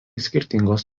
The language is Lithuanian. skirtingos